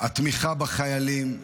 התמיכה בחיילים.